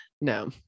no